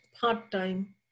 part-time